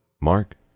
Mark